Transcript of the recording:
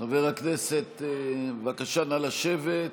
חבר הכנסת, בבקשה נא לשבת.